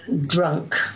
drunk